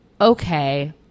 okay